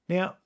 Now